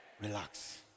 relax